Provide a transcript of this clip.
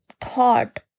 thought